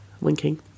winking